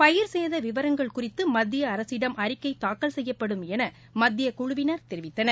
பயிர்ச்சேத விவரங்கள் குறித்து மத்திய அரசிடம் அறிக்கை தாக்கல் செய்யப்படும் என மத்தியக்குழுவினர் தெரிவித்தனர்